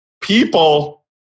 people